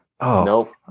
Nope